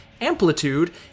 amplitude